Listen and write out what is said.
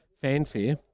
fanfare